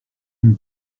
une